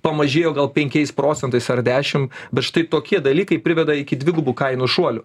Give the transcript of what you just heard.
pamažėjo gal penkiais procentais ar dešimt bet štai tokie dalykai priveda iki dvigubų kainų šuolių